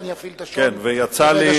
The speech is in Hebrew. לפחות שני שרים.